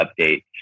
updates